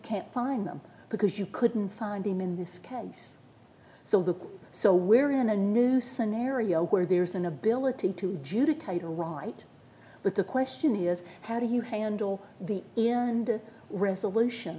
can't find them because you couldn't find him in this case so look so we're in a new scenario where there's an ability to judicata right but the question is how do you handle the air and resolution